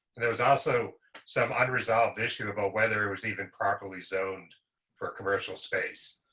there's also some unresolved issue about whether it was even properly zoned for commercial space.